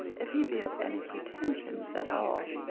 if he be of any pretensions at all,